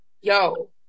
Yo